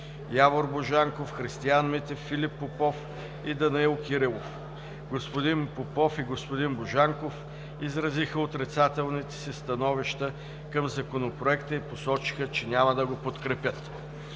Явор Божанков, Христиан Митев, Филип Попов и Данаил Кирилов. Господин Попов и господин Божанков изразиха отрицателните си становища към Законопроекта и посочиха, че няма да го подкрепят.